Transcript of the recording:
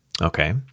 Okay